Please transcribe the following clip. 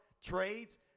trades